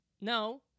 No